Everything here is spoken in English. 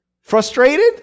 frustrated